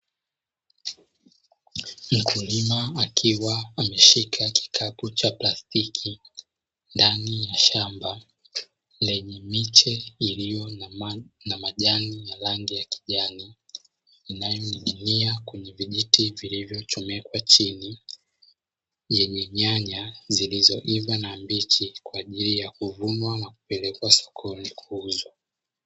Mkulima akiwa ameshika kikapu cha plastiki ndani ya shamba lenye miche iliyo na majani ya rangi ya kijani inayoning’inia kwenye vijiti vilivyochomwekwa chini, yenye nyanya zilizoiva na mbichi kwa ajili ya kuvuna na kupelekwa sokoni kuuzwa.